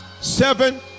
Seven